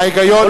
ההיגיון,